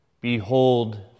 Behold